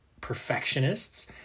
perfectionists